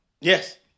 Yes